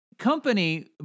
company